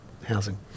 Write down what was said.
housing